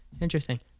Interesting